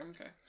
okay